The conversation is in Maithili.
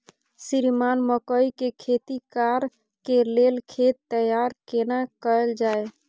श्रीमान मकई के खेती कॉर के लेल खेत तैयार केना कैल जाए?